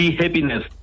happiness